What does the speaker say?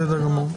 בסדר גמור.